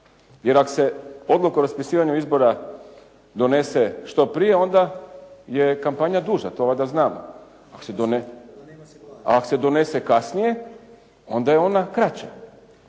Jer ako se odluka o raspisivanju izbora donese što prije onda je kampanja duža, to valjda znamo. Ako se donese kasnije, onda je ona kraća.